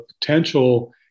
potential